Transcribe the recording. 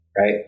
Right